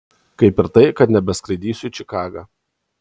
kaip ir tai kad nebeskraidysiu į čikagą